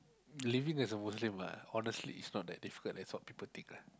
living as a muslim lah honestly it's not that difficult that's what people think ah